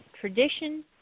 Tradition